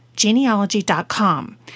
genealogy.com